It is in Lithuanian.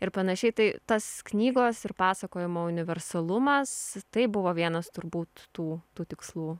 ir panašiai tai tas knygos ir pasakojimo universalumas tai buvo vienas turbūt tų tų tikslų